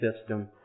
system